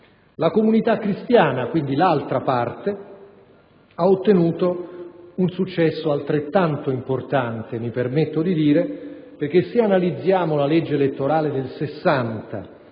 La comunità cristiana, quindi l'altra parte, ha ottenuto un successo altrettanto importante perché, se analizziamo la legge elettorale del 1960